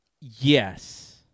yes